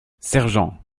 sergent